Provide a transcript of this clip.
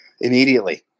Immediately